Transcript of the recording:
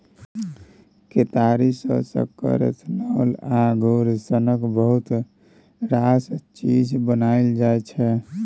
केतारी सँ सक्कर, इथेनॉल आ गुड़ सनक बहुत रास चीज बनाएल जाइ छै